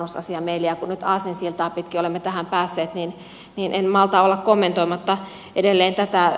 kun nyt aasinsiltaa pitkin olemme tähän päässeet niin en malta olla kommentoimatta edelleen tätä